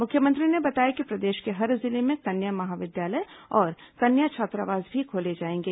मुख्यमंत्री ने बताया कि प्रदेश के हर जिले में कन्या महाविद्यालय और कन्या छात्रावास भी खोले जाएंगे